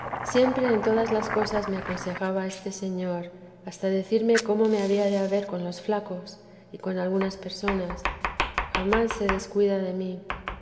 siempre en todas las cosas me aconsejaba este señor hasta decirme cómo me había de haber con los flacos y con algunas personas jamás se descuida de mí